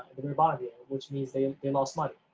the very bottom here, which means they and lost money.